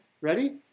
ready